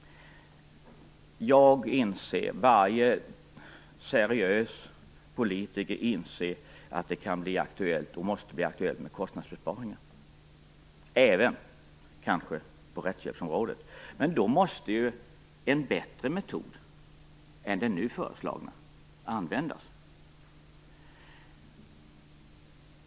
Jag inser, varje seriös politiker inser, att det kan och måste bli aktuellt med kostnadsbesparingar, även på rättshjälpsområdet, men då måste en bättre metod än den nu föreslagna användas.